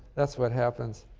that's what happens.